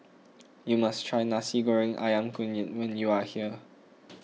you must try Nasi Goreng Ayam Kunyit when you are here